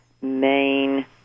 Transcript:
main